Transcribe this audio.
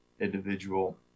individual